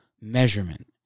measurement